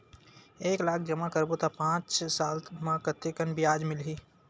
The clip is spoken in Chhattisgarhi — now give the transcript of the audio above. एक लाख जमा करबो त पांच साल म कतेकन ब्याज मिलही?